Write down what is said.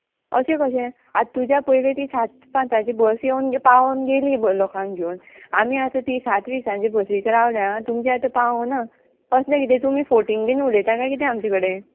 अशें कशें आतां तुज्या पयलीं ती सात पांचाची बस येवन पावोन गेली लोकांक घेवन आमी आतां ती सात विसांची बसीचेर रावल्या तुमचे आतां पावो ना कसलें कितें तुमी फोटींग बीन उलयता काय किदें आमचे कडेन